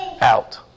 out